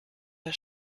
der